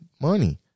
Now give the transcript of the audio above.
money